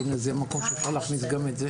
הנה, זה המקום שאפשר להכניס גם את זה.